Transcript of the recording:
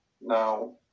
Now